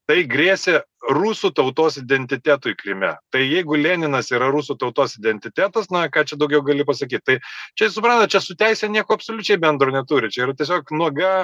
tai grėsė rusų tautos identitetui kryme tai jeigu leninas yra rusų tautos identitetas na ką čia daugiau gali pasakyt tai čia suprantat čia su teise nieko absoliučiai bendro neturi čia yra tiesiog nuoga